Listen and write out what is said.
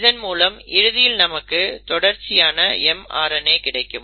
இதன் மூலம் இறுதியில் நமக்கு தொடர்ச்சியான mRNA கிடைக்கும்